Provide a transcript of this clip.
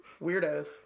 weirdos